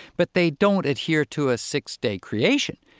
but they don't adhere to a six-day creation.